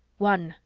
one,